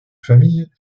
familles